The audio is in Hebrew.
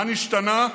מה נשתנה?